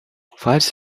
falls